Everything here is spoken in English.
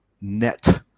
net